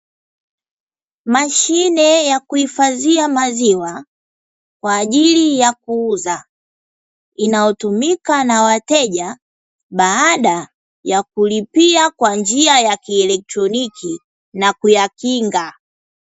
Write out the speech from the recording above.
Mashine yakuhifadhia maziwa kwa ajili ya kuuza inayotumika na wateja baada ya kulipia kwa njia ya kielektroniki na kuyakinga.